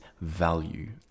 value